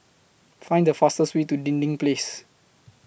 Find The fastest Way to Dinding Place